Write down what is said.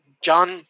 John